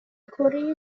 کره